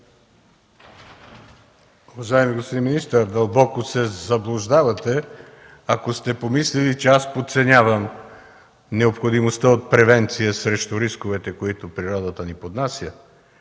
Уважаеми господин министър, дълбоко се заблуждавате, ако сте помислили, че аз подценявам необходимостта от превенция срещу рисковете, които природата ни поднася.